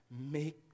Make